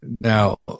Now